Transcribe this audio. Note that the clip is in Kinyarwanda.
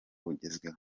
bugezweho